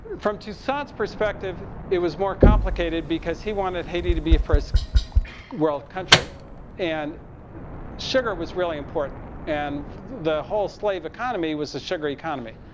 from toussaint's perspective, it was more complicated because he wanted haiti to be a first world country and sugar was really important and the whole slave economy was the sugar economy.